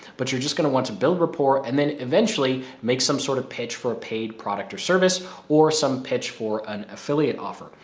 but you're just going to want to build rapport and then eventually make some sort of pitch for a paid product or service or some pitch for an affiliate offer.